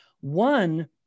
One